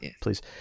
please